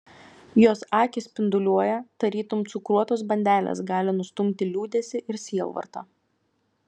jos akys spinduliuoja tarytum cukruotos bandelės gali nustumti liūdesį ir sielvartą